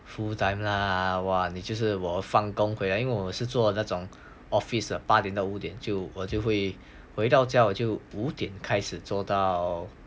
full time lah !wah! 你就是我放工回来因为我们是做那种 office 八点到五点就我就会回到家我就五点开始做到